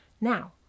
Now